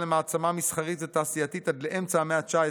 למעצמה מסחרית ותעשייתית עד לאמצע המאה ה-19,